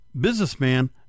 businessman